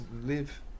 live